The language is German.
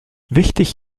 wichtig